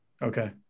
Okay